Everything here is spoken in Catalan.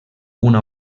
una